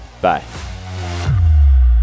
Bye